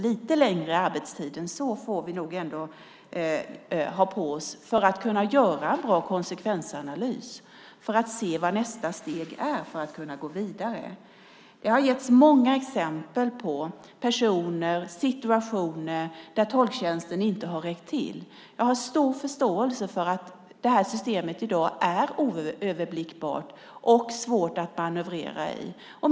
Lite längre arbetstid än så får vi ändå ha på oss för att göra en bra konsekvensanalys så att vi kan se vad nästa steg är för att gå vidare. Det har getts många exempel på personer och situationer där tolktjänsten inte har räckt till. Jag har stor förståelse för att systemet är oöverblickbart och svårt att manövrera i.